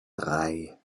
drei